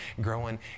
growing